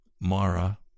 Mara